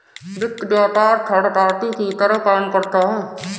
वित्त व्यापार third party की तरह काम करता है